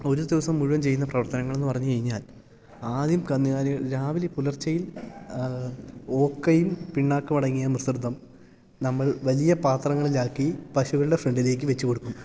ഒരു ദിവസം മുഴുവൻ ചെയ്യുന്ന പ്രവർത്തനങ്ങളെന്ന് പറഞ്ഞു കഴിഞ്ഞാൽ ആദ്യം കന്നുകാലികൾ രാവിലെ പുലർച്ചയിൽ ഓക്കെയും പിണ്ണാക്കുമടങ്ങിയ മിശൃതം നമ്മൾ വലിയ പാത്രങ്ങളിലാക്കി പശുക്കളുടെ ഫ്രണ്ടിലേക്ക് വെച്ച് കൊടുക്കും